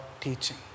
teaching